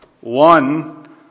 one